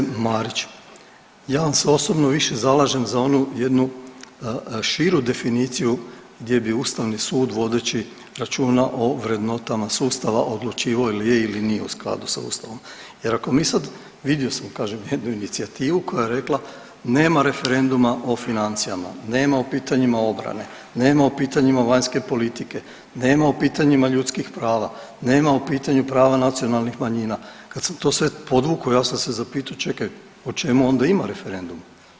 Pa evo poštovana kolegice Marić, ja vam se osobno više zalažem za onu jednu širu definiciju gdje bi Ustavni sud vodeći računa o vrednotama sustava odlučivao ili je ili nije u skladu sa Ustavom, jer ako mi sad, vidio sam kažem jednu inicijativu koja je rekla nema referenduma o financijama, nema o pitanjima obrane, nema o pitanjima vanjske politike, nema o pitanjima ljudskih prava, nema o pitanju prava nacionalnih manjina, kad sam sve to podvukao ja sam se zapitao čekaj o čemu onda ima referenduma.